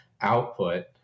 output